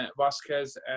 Vasquez